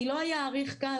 אני לא יאריך כאן,